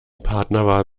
partnerwahl